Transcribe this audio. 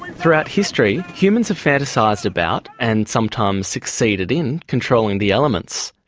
throughout history humans have fantasised about and sometimes succeeding in controlling the elements.